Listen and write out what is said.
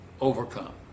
overcome